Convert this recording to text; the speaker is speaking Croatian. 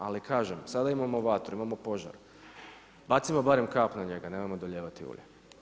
Ali kažem sada imamo vatru, imamo požar, bacimo barem kap na njega, nemojmo dolijevati ulje.